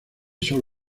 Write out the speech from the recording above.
sólo